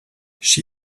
she